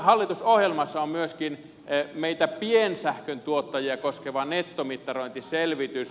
hallitusohjelmassa on myöskin meitä piensähköntuottajia koskeva nettomittarointiselvitys